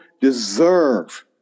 deserve